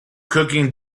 cooking